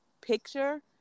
picture